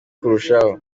kurushaho